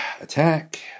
Attack